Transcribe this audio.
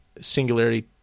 singularity